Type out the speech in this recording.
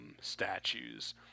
statues